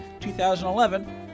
2011